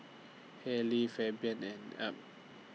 Harlie Fabian and Ab